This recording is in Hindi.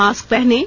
मास्क पहनें